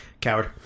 Coward